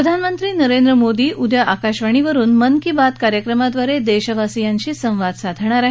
प्रधानमंत्री नरेंद्र मोदी उद्या आकाशवाणीवरुन मनकी बात कार्यक्रमाद्वारे देशवासियांशी संवाद साधतील